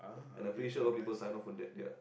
and I'm pretty sure a lot of people sign up for that ya